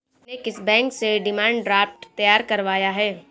तुमने किस बैंक से डिमांड ड्राफ्ट तैयार करवाया है?